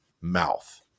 mouth